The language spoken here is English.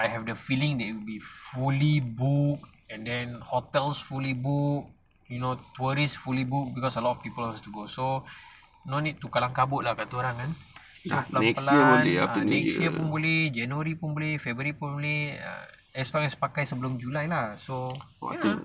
I have the feeling they would be fully book and then hotels fully book you know tourist fully booked because a lot of people like to go so no need to kelam-kabut kata orang kan ah pelan-pelan ah next year pun boleh january pun boleh february pun boleh as long as pakai sebelum july lah so ya